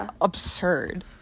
absurd